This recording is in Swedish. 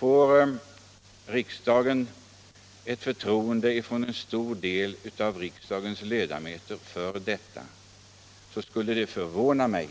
Och om riksdagen får det förtroendet från ett stort antal av ledamöterna här, så skulle det förvåna mig